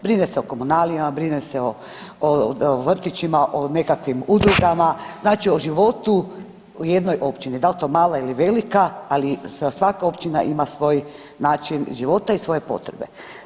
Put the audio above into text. Brine se o komunalijama, brine se o vrtićima, o nekakvim udrugama znači o životu u jednoj općini da li to mala ili velika, ali svaka općina ima svoj način života i svoje potrebe.